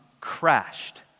crashed